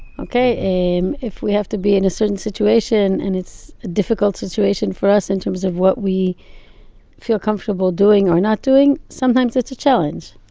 ok? um if we have to be in a certain situation and it's a difficult situation for us in terms of what we feel comfortable doing or not doing, sometimes it's a challenge.